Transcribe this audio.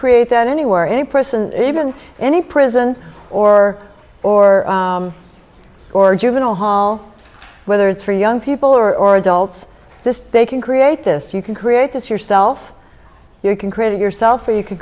create that anywhere any person even any prison or or or juvenile hall whether it's for young people or adults this they can create this you can create this yourself you can create it yourself or you c